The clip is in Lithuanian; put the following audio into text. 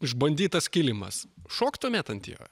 išbandytas kilimas šoktumėt ant jo